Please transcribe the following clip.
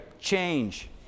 change